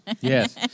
Yes